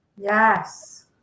Yes